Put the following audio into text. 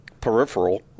peripheral